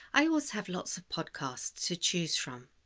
i always have lots of podcasts to choose from.